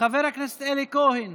חבר הכנסת אלי כהן,